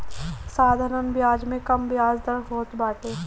साधारण बियाज में कम बियाज दर होत बाटे